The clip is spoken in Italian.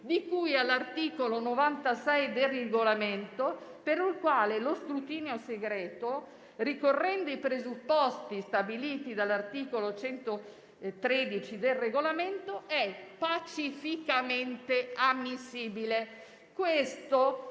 di cui all'articolo 96 del Regolamento, per il quale lo scrutinio segreto, ricorrendo i presupposti stabiliti dall'articolo 113 del Regolamento, è pacificamente ammissibile». *Per